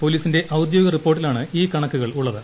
പോലീസിന്റെ ഔദ്യോഗിക റിപ്പോർട്ടിലാണ് ഈ കണ ക്കുകൾ ഉള്ളത്